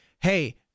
Hey